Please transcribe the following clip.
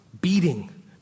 beating